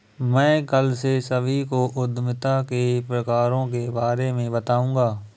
मैं कल से सभी को उद्यमिता के प्रकारों के बारे में बताऊँगा